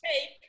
take